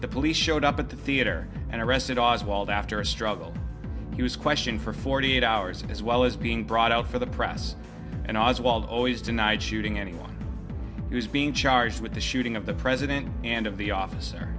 the police showed up at the theater and arrested oswald after a struggle he was questioned for forty eight hours as well as being brought out for the press and oswald always denied shooting anyone who's being charged with the shooting of the president and of the officer